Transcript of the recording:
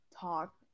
talk